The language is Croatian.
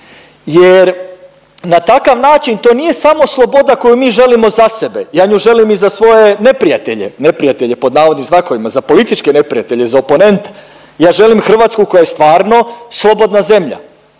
jer na takav način to nije samo sloboda koju mi želimo za sebe. Ja nju želim i za svoje neprijatelje, neprijatelje pod navodnim znakovima za političke neprijatelje za oponente. Ja želim Hrvatsku koja je stvarno slobodna zemlja